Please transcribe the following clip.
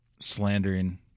slandering